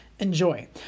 Enjoy